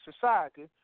society